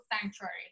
sanctuary